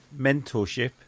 mentorship